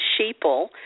sheeple